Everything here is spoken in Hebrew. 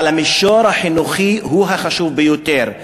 אבל המישור החינוכי הוא החשוב ביותר.